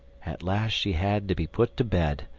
at last she had to be put to bed,